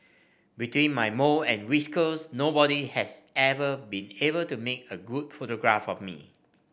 between my mole and whiskers nobody has ever been able to make a good photograph of me